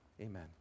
amen